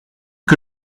que